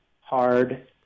hard